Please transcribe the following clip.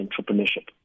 entrepreneurship